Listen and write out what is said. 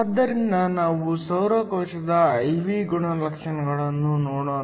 ಆದ್ದರಿಂದ ನಾವು ಸೌರ ಕೋಶದ I V ಗುಣಲಕ್ಷಣಗಳನ್ನು ನೋಡೋಣ